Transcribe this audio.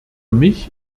mich